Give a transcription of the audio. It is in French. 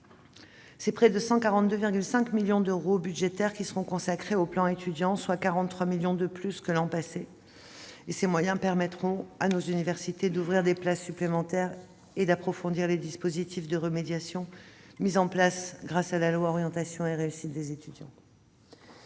cycle. Près de 142,5 millions d'euros seront consacrés au plan Étudiants, soit 43 millions d'euros de plus que l'an passé. Ces moyens permettront à nos universités d'ouvrir des places supplémentaires et d'approfondir les dispositifs de remédiation mis en place par la loi Orientation et réussite des étudiants.